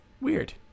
Weird